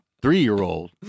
three-year-old